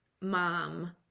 mom